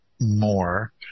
more